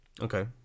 Okay